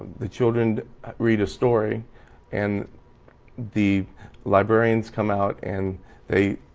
the children read a story and the librarians come out and they,